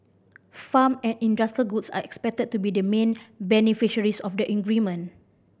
farm and industrial goods are expected to be the main beneficiaries of the